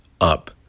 up